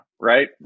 right